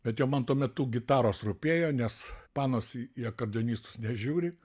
bet jau man tuo metu gitaros rūpėjo nes panos į į akordeonistus nežiūri